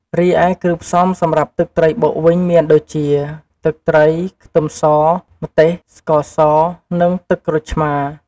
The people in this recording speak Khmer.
រីឯគ្រឿងផ្សំសម្រាប់ទឹកត្រីបុកវិញមានដូចជា ទឹកត្រី ខ្ទឹមស ម្ទេស ស្ករស និងទឹកក្រូចឆ្មារ។